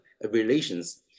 relations